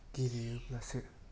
गेलेयोब्लासो